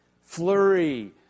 flurry